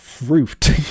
Fruit